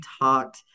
talked